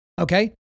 Okay